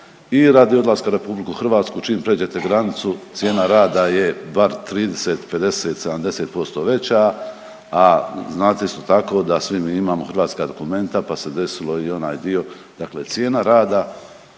radi odlaska u RH čim pređete granicu cijena rada je bar 30, 50, 70% veća, a znate isto tako da svi mi imamo hrvatska dokumenta pa se desilo i onaj dio, dakle cijena rada